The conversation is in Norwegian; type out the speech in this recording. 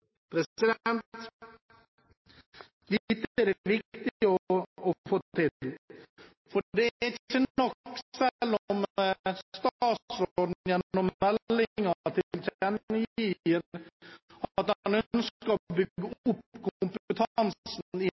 Dette er det viktig å få til, for det er ikke nok selv om statsråden gjennom meldingen tilkjennegir at han ønsker å bygge opp